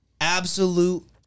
Absolute